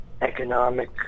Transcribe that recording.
economic